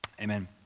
amen